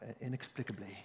inexplicably